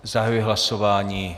Zahajuji hlasování.